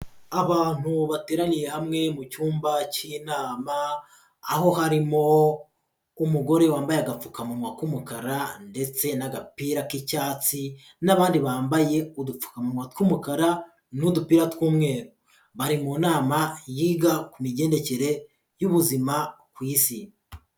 Abantu bateraniye hamwe mu cyumba k'inama, aho harimo umugore wambaye agapfukamuwa k'umukara ndetse n'agapira k'icyatsi n'abandi bambaye udupfukamunwa tw'umukara n'udupira tw'umweru, bari mu nama yiga ku migendekere y'ubuzima ku Isi.